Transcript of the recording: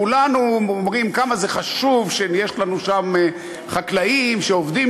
כולנו אומרים כמה זה חשוב שיש לנו שם חקלאים שעובדים